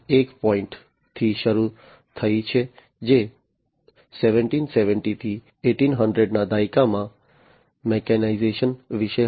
0 થી શરૂ થયું છે જે 1770 થી 1800 ના દાયકામાં મિકેનાઇઝેશન વિશે હતું